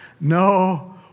No